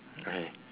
okay